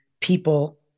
people